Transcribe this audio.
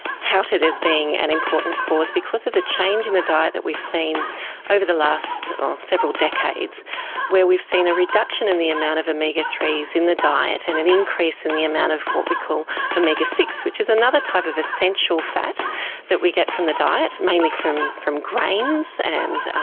touted as being an important cause because of the change in the diet that we've seen over the last several decades where we've seen a reduction in the amount of omega three s in the diet and an increase in the amount of what we called omega six, which is another type of essential fat that we get from the diet, mainly from from grains. and